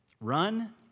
Run